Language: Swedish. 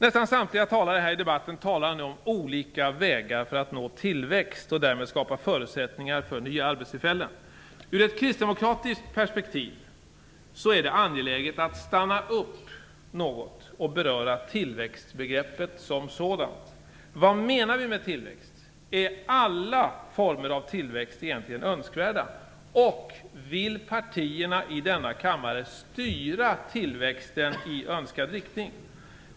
Nästan samtliga talare i debatten talar om olika vägar för att nå tillväxt och därmed skapa förutsättningar för nya arbetstillfällen. Ur ett kristdemokratiskt perspektiv är det angeläget att stanna upp något och beröra tillväxtbegreppet som sådant. Vad menar vi med tillväxt? Är alla former av tillväxt egentligen önskvärda? Och vill partierna i denna kammare styra tillväxten i önskad riktning?